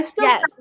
Yes